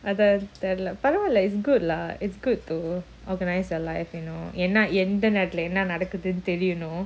அதான்தெரிலபரவால்ல:adhan therila paravala like it's good lah it's good to organise your life you know எனாஎந்தநேரத்துலஎன்னநடக்குதுன்னுதெரியணும்:yena endha nerathula enna nadakuthunu therianum you know